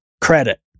credit